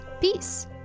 Peace